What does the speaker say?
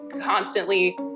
constantly